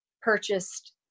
purchased